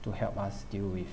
to help us deal with